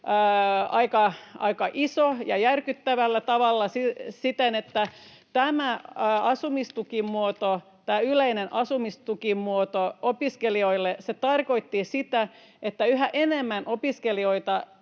aika iso. Ja järkyttävällä tavalla tämä asumistukimuoto, yleinen asumistukimuoto, opiskelijoille tarkoitti sitä, että yhä enemmän opiskelijoita